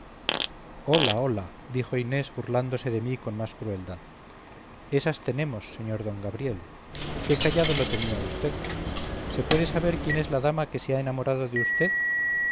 hola hola dijo inés burlándose de mí con más crueldad esas tenemos sr d gabriel qué callado lo tenía vd se puede saber quién es la dama que se ha enamorado de